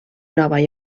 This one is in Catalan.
nova